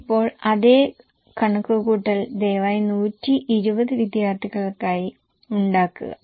ഇപ്പോൾ അതേ കണക്കുകൂട്ടൽ ദയവായി 120 വിദ്യാർത്ഥികൾക്കായി ഉണ്ടാക്കുക